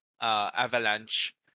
avalanche